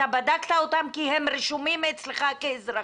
אתה בדקת אותם כי הם רשומים אצלך כאזרחים.